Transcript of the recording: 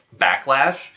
backlash